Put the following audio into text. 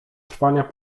trwania